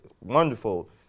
wonderful